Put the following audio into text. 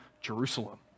Jerusalem